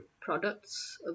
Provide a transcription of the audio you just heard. products